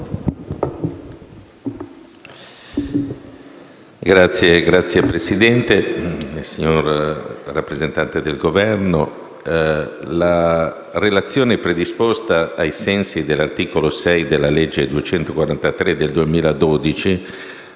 Signor Presidente, signor rappresentante del Governo, la relazione predisposta ai sensi dell'articolo 6 della legge n. 243 del 2012